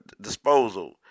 disposal